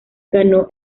ganó